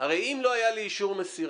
הרי אם לא היה לי אישור מסירה,